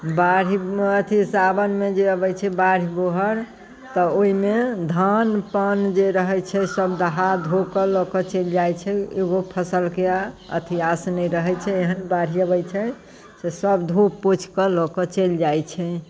बाढ़ि अथी साओनमे जे अबैत छै बाढ़ि गोहर तऽ ओहिमे धान पान जे रहैत छै सब दहा धोके लऽ के चलि जाइत छै एगो फसलके अथी आस नहि रहैत छै एहन बाढ़ि अबैत छै से सब धो पोछिके लऽ के चलि जाइत छै